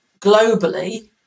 Globally